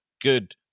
good